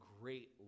great